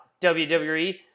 WWE